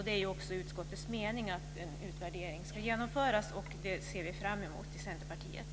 Det är också utskottets mening att en utvärdering ska genomföras. Det ser vi fram emot i Centerpartiet.